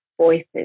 voices